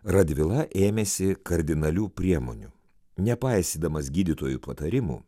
radvila ėmėsi kardinalių priemonių nepaisydamas gydytojų patarimų